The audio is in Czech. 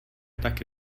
taky